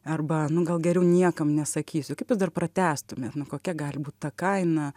arba nu gal geriau niekam nesakysiu kaip jūs dar pratęstumėt nu kokia gali būti ta kaina